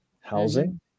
housing